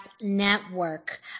Network